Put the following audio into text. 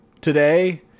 today